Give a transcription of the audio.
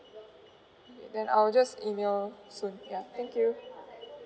then I'll just email soon ya thank you